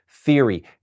theory